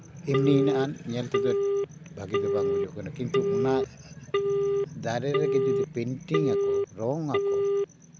ᱮᱢᱱᱤ ᱢᱮᱱᱟᱜᱼᱟ ᱧᱮᱞ ᱛᱮᱫᱚ ᱵᱷᱟᱹᱜᱤ ᱵᱟᱝ ᱵᱩᱡᱩᱜ ᱠᱟᱱᱟ ᱠᱤᱱᱛᱩ ᱚᱱᱟ ᱫᱟᱨᱮ ᱨᱮᱜᱮ ᱡᱩᱫᱤ ᱯᱮᱱᱴᱤᱝ ᱟᱠᱚ ᱨᱚᱝ ᱟᱠᱚ